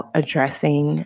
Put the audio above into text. addressing